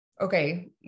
okay